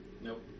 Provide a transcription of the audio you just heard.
Nope